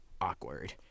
awkward